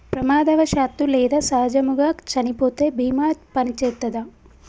ప్రమాదవశాత్తు లేదా సహజముగా చనిపోతే బీమా పనిచేత్తదా?